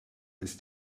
ist